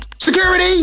Security